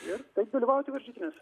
ir taip dalyvauti varžytinėse